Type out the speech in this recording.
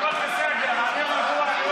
הכול בסדר, אני רגוע.